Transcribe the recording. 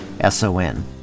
S-O-N